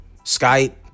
Skype